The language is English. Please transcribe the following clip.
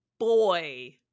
boy